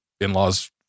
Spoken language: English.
in-laws